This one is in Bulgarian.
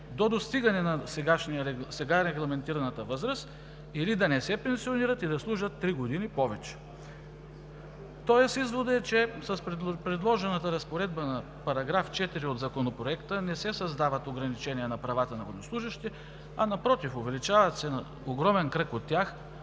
до достигане на регламентираната възраст, или да не се пенсионират и да служат три години повече. Тоест изводът е, че с предложената разпоредба на § 4 от Законопроекта не се създават ограничения за правата на военнослужещите, а напротив, на огромен кръг от тях,